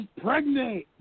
pregnant